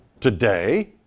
today